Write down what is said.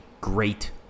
great